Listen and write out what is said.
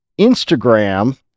Instagram